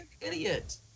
Idiot